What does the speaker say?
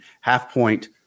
half-point